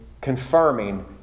confirming